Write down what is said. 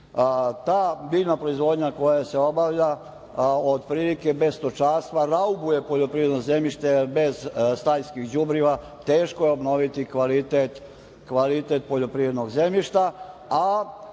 biljna proizvodnja koja se obavlja od prilike bez stočarstva raubuje poljoprivredno zemljište bez stajskih đubriva. Teško je obnoviti kvalitet poljoprivrednog zemljišta,